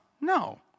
no